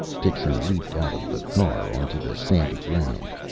dixon leaped out of the car, onto the sandy ground.